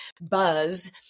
buzz